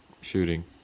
shooting